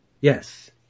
Yes